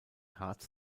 harz